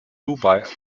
dubai